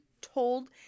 told